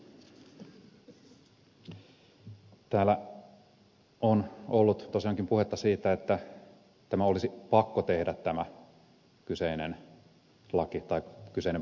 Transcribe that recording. täällä on ollut tosiaankin puhetta siitä että tämä olisi pakko tehdä tämä kyseinen laki tai kyseinen puitesopimus